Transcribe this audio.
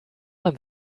man